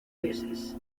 veces